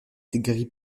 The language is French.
gris